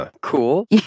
Cool